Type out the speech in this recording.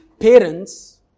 Parents